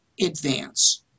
advance